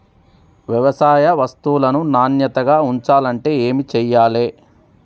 వ్యవసాయ వస్తువులను నాణ్యతగా ఉంచాలంటే ఏమి చెయ్యాలే?